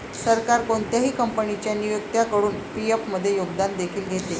सरकार कोणत्याही कंपनीच्या नियोक्त्याकडून पी.एफ मध्ये योगदान देखील घेते